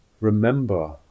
remember